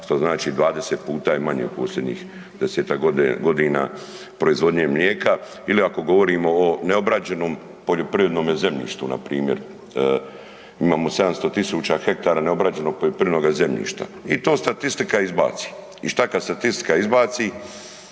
što znači 20 puta je manje u posljednjih 10 godina proizvodnje mlijeka. Ili ako govorimo o neobrađenom poljoprivrednome zemljištu, npr. imamo 700 tisuća hektara neobrađenog poljoprivrednoga zemljišta i to statistika izbaci. I što kad statistika izbaci?